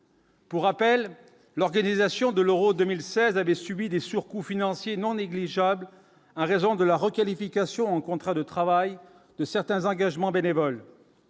Pour rappel, l'organisation de l'Euro 2016 avait subi des surcoûts financiers non négligeables, un réseau de la requalification en contrat de travail de certains engagements bénévoles.